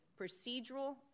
procedural